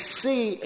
see